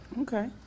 Okay